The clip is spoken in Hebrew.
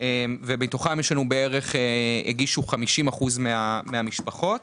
מתוכן הגישו 50% מהמשפחות.